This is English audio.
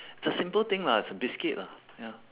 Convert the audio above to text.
it's a simple thing lah it's a biscuit lah ya